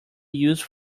used